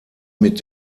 mit